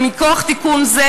ומכוח תיקון זה,